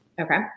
Okay